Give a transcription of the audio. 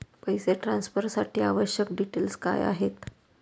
पैसे ट्रान्सफरसाठी आवश्यक डिटेल्स काय आहेत?